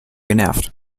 genervt